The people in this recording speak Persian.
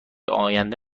آینده